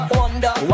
wonder